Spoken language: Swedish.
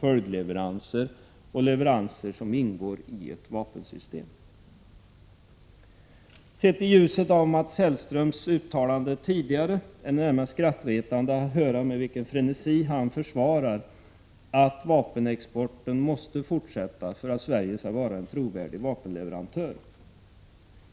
följdleveranser och leveranser som ingår i ett vapensystem. Sett i ljuset av Mats Hellströms uttalande tidigare är det närmast skrattretande att höra med vilken frenesi han försvarar att vapenexporten måste fortsätta för att Sverige skall vara en trovärdig vapenleverantör.